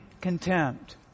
contempt